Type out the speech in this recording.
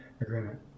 Agreement